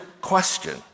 question